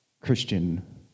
Christian